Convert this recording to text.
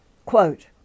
quote